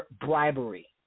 bribery